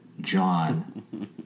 John